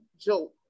joke